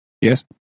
Yes